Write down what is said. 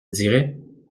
dirais